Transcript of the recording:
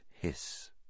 hiss